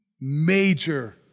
major